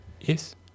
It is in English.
Yes